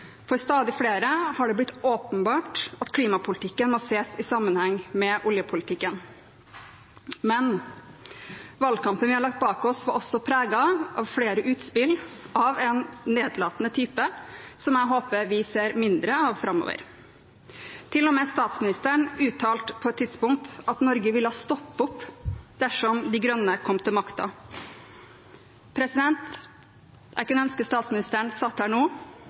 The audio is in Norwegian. For stadig flere har det blitt åpenbart at klimapolitikken må ses i sammenheng med oljepolitikken. Men valgkampen vi har lagt bak oss, var også preget av flere utspill av en nedlatende type, som jeg håper vi ser mindre av framover. Til og med statsministeren uttalte på et tidspunkt at Norge ville stoppe opp dersom De Grønne kom til makten. Jeg skulle ønske statsministeren satt her nå,